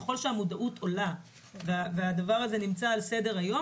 ככול שהמודעות עולה והדבר הזה נמצא על סדר-היום,